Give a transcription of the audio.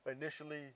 initially